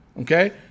Okay